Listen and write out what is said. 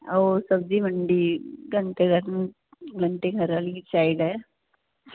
ਓਹ ਸਬਜੀ ਮੰਡੀ ਘੰਟੇ ਕਰਨ ਘੰਟੇ ਘਰ ਵਾਲੀ ਸਾਈਡ